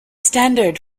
standard